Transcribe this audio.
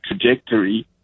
trajectory